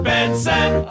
Benson